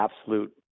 absolute